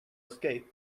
escape